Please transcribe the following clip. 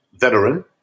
veteran